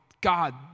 God